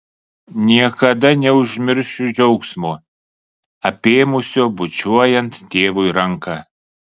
niekada neužmiršiu džiaugsmo apėmusio bučiuojant tėvui ranką